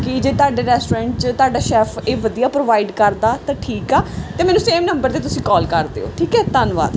ਕਿ ਜੇ ਤੁਹਾਡੇ ਰੈਸਟੋਰੈਂਟ 'ਚ ਤੁਹਾਡਾ ਸ਼ੈਫ ਇਹ ਵਧੀਆ ਪ੍ਰੋਵਾਈਡ ਕਰਦਾ ਤਾਂ ਠੀਕ ਆ ਅਤੇ ਮੈਨੂੰ ਸੇਮ ਨੰਬਰ 'ਤੇ ਤੁਸੀਂ ਕੋਲ ਕਰ ਦਿਓ ਠੀਕ ਹੈ ਧੰਨਵਾਦ